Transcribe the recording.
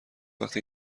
وقتی